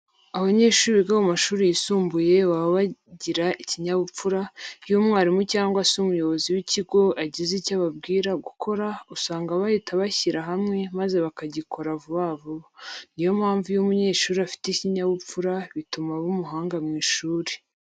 Abanyeshuri biga mu mashuri yisumbuye baba bagira ikinyabupfura. Iyo umwarimu cyangwa se umuyobozi w'ikigo agize icyo ababwira gukora, usanga bahita bashyira hamwe maze bakagikora vuba vuba. Niyo mpamvu iyo umunyeshuri afite ikinyabupfura bituma aba umuhanga mu ishuri.